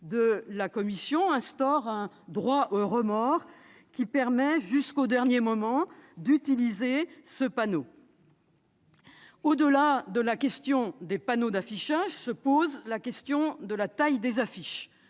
de la commission instaure un droit au remords qui permet, jusqu'au dernier moment, d'utiliser ce panneau. Au-delà de la question des panneaux d'affichage se pose celle de la taille des affiches.